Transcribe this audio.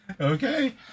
Okay